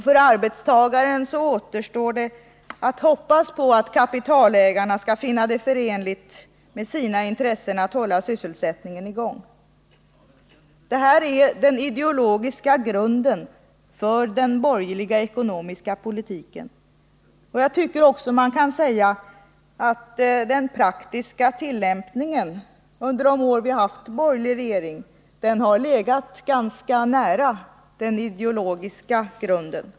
För arbetstagarna återstår det att hoppas på att kapitalägarna skall finna det förenligt med sina intressen att hålla sysselsättningen i gång. Det här är den ideologiska grunden för den borgerliga ekonomiska politiken. Det kan väl också sägas att den praktiska tillämpningen under de år vi har haft borgerlig regering har legat ganska nära den ideologiska grunden.